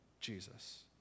Jesus